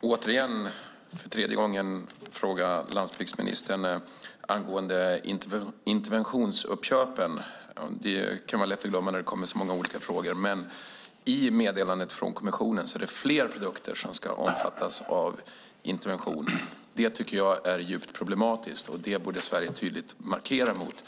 återigen, för tredje gången, fråga landsbygdsministern angående interventionsuppköpen. Det kan vara lätt att glömma någon fråga när det kommer så många olika. I meddelandet från kommissionen är det fler produkter som ska omfattas av interventionen. Det tycker jag är djupt problematiskt, och detta borde Sverige tydligt markera mot.